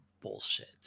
bullshit